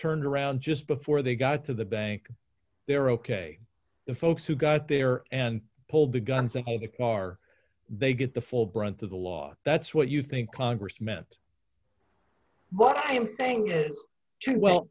turned around just before they got to the bank they're ok the folks who got there and pulled the guns and hope if they are they get the full brunt of the law that's what you think congress meant but i am saying is true well